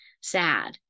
sad